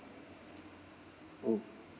oh